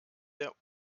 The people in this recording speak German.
der